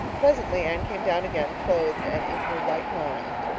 presently anne came down again, clothed and in her right mind.